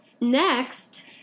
next